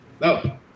No